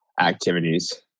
activities